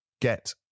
get